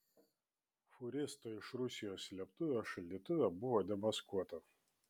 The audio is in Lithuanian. fūristo iš rusijos slėptuvė šaldytuve buvo demaskuota